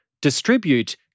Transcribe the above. distribute